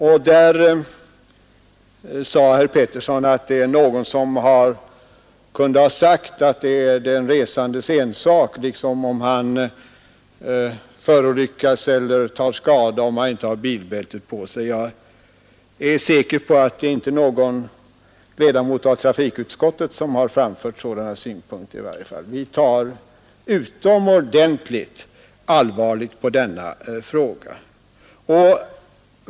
Han sade att det var någon som hade förklarat att det är den resandes ensak om han förolyckas eller tar skada om han inte har bilbältet på sig. Jag är säker på att i varje fall inte någon ledamot av trafikutskottet har anfört sådana synpunkter. Vi tar utomordentligt allvarligt på denna fråga.